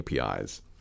APIs